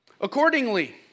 Accordingly